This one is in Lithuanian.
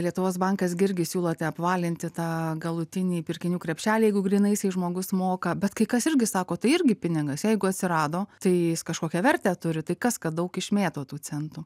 lietuvos bankas gi irgi siūlote apvalinti tą galutinį pirkinių krepšelį jeigu grynaisiais žmogus moka bet kai kas irgi sako tai irgi pinigas jeigu atsirado tai jis kažkokią vertę turi tai kas kad daug išmėto tų centų